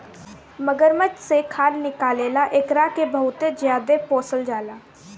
मगरमच्छ से खाल निकले ला एकरा के बहुते ज्यादे पोसल जाला